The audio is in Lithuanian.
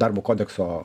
darbo kodekso